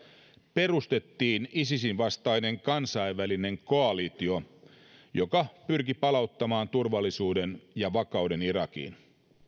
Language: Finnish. perustettiin isisin vastainen kansainvälinen koalitio joka pyrki palauttamaan turvallisuuden ja vakauden irakiin